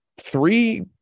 three